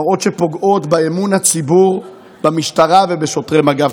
מראות שפוגעים באמון הציבור, במשטרה ובשוטרי מג"ב.